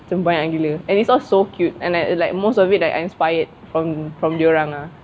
macam banyak gila and it's all so cute and I like most of it I like inspired from from dorang ah